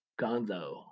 Gonzo